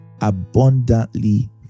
abundantly